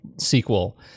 sequel